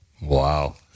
Wow